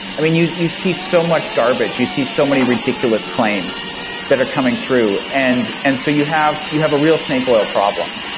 i mean, you you see so much garbage, you see so many ridiculous claims that are coming through. and and so you have you have a real snake oil problem.